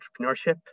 entrepreneurship